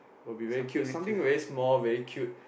would be very cute something very small very cute